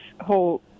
whole